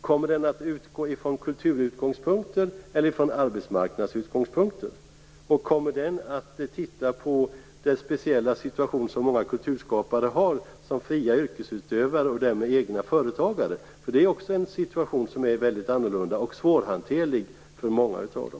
Kommer man att utgå från kulturen eller från arbetsmarknaden? Och kommer man att titta på den speciella situationen för många kulturskapare i deras egenskap av fria yrkesutövare och därmed egna företagare? Också den situationen är väldigt annorlunda och även svårhanterlig för många av dem.